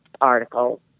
article